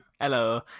Hello